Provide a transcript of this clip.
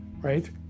right